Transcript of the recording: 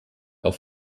auf